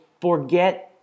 forget